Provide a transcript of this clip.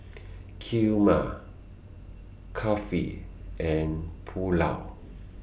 Kheema Kulfi and Pulao